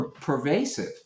Pervasive